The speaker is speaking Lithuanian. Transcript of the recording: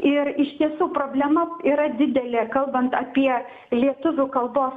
ir iš tiesų problema yra didelė kalbant apie lietuvių kalbos